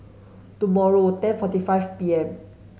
tomorrow forty five P M